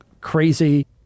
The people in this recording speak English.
crazy